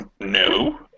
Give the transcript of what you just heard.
No